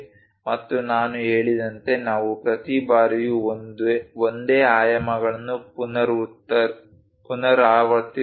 ಮತ್ತು ನಾನು ಹೇಳಿದಂತೆ ನಾವು ಪ್ರತಿ ಬಾರಿಯೂ ಒಂದೇ ಆಯಾಮಗಳನ್ನು ಪುನರಾವರ್ತಿಸುವುದಿಲ್ಲ